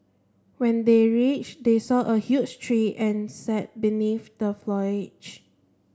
when they reached they saw a huge tree and sat beneath the foliage